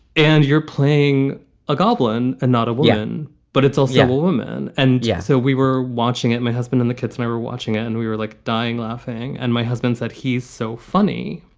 and you're playing a goblin and not a one, but it's also a woman. and yeah, so we were watching it. my husband and the kids were watching it and we were like dying, laughing. and my husband said, he's so funny.